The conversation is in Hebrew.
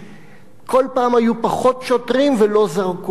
כל פעם היו פחות שוטרים ולא זרקו עלינו כלום.